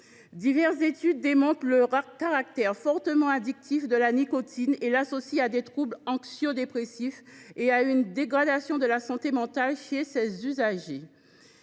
Diverses études démontrent le caractère fortement addictif de la nicotine et l’associent à des troubles anxiodépressifs et à une dégradation de la santé mentale chez ses usagers.